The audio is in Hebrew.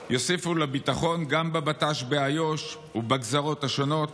תוסיף לביטחון גם בבט"ש באיו"ש ובגזרות השונות